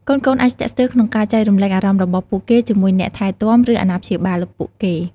កូនៗអាចស្ទាក់ស្ទើរក្នុងការចែករំលែកអារម្មណ៍របស់ពួកគេជាមួយអ្នកថែទាំ ឬអាណាព្យាបាលពួកគេ ។